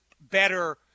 better